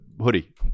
hoodie